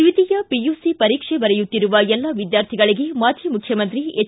ದ್ವಿತೀಯ ಪಿಯುಸಿ ಪರೀಕ್ಷೆ ಬರೆಯುತ್ತಿರುವ ಎಲ್ಲಾ ವಿದ್ಯಾರ್ಥಿಗಳಿಗೆ ಮಾಜಿ ಮುಖ್ಯಮಂತ್ರಿ ಎಚ್